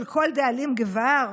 של כל דאלים גבר.